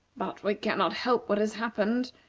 but we cannot help what has happened,